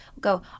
go